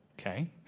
Okay